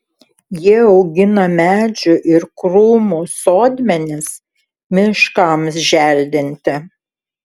jie augina medžių ir krūmų sodmenis miškams želdinti